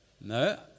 No